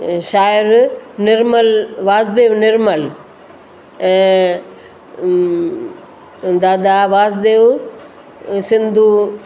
शाइरु निर्मल वासदेव निर्मल ऐं दादा वासदेव सिंधू